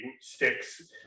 sticks